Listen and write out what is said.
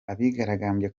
abigaragambya